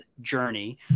journey